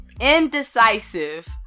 indecisive